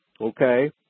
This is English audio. Okay